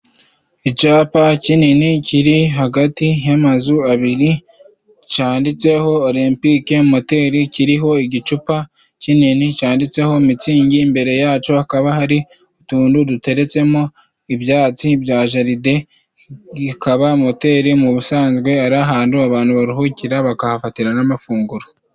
Icyapa kinini kiri hagati y'amazu abiri cyanditseho olempike moteri， kiriho igicupa kinini cyanditseho mitsingi，imbere yacyo hakaba hari utuntu duteretsemwo ibyatsi bya jaride，bikaba moteri mu busanzwe ari ahantu abantu baruhukira bakahafatira n'amafunguro.